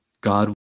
God